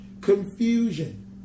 Confusion